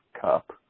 Cup